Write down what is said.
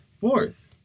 Fourth